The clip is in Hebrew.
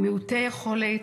למעוטי היכולת,